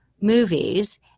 movies